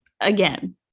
Again